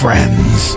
Friends